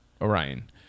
orion